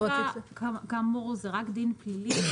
כרגע, כאמור, זה רק דין פלילי.